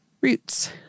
roots